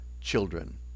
children